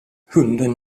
hunden